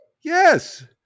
Yes